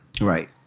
Right